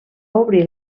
obrir